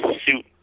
suit